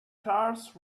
cars